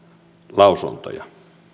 lausuntoja